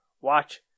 watch